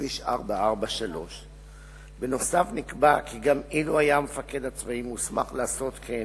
בכביש 443. בנוסף נקבע כי גם אילו היה המפקד הצבאי מוסמך לעשות כן,